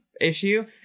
issue